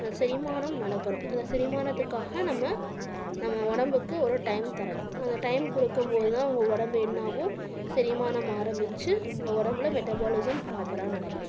அந்த செரிமானம் நடக்கணும் அந்த செரிமானத்துக்காக நம்ம நம்ம உடம்புக்கு ஒரு டைம் தரணும் அந்த டைம் கொடுக்கும்போது தான் உங்கள் உடம்பு என்னாகும் செரிமானம் ஆரம்பித்து உங்கள் உடம்புல மெட்டபாலிசம் ப்ராப்பராக நடக்கும்